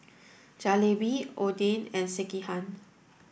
Jalebi Oden and Sekihan